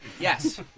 Yes